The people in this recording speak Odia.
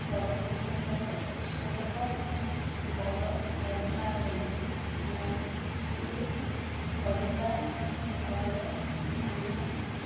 ପ୍ରତିଶୋଧର ସୁଧୁକ ବଡ଼ ବଢ଼ାଏ ନାଟି କରିବା ଫଳରେ ଆମ